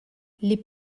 les